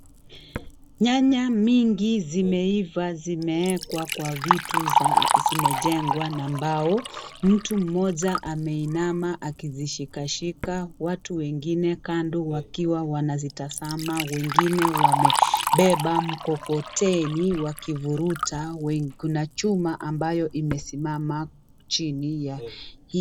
Nyanya mingi zimeiva zimewekwa kwa vitu zimejengwa na mbao. Mtu mmoja ameinama akizishika shika, watu wengine kando wakiwa wanazitazama. Wengine wamebeba mkokoteni wakivuruta. Kuna chuma ambayo imesimama chini ya hii.